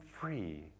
free